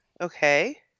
Okay